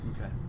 Okay